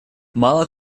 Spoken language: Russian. мало